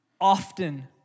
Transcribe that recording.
Often